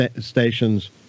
stations